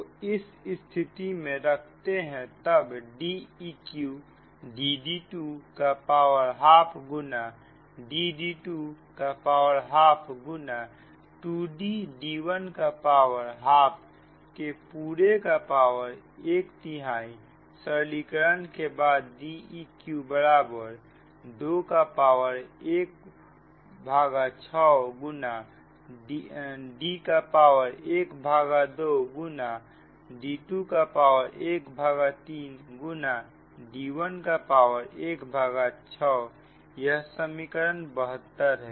तो इस स्थिति में रखते हैं तब D eq Dd2 का पावर ½ गुना Dd2 का पावर ½ गुना 2D d1 का पावर ½ के पूरे का पावर ⅓ सरलीकरण करने के बाद D eq बराबर 2 का पावर ⅙ गुना D का पावर ½ गुना d2 का पावर ⅓ गुना d1 का पावर ⅙ यह समीकरण 72 है